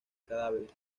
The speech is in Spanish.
cadáveres